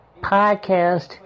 podcast